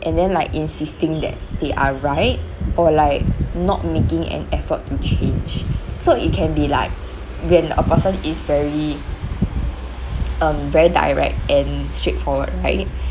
and then like insisting that they are right or like not making an effort to change so it can be like when a person is very um very direct and straightforward right